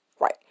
right